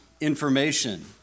information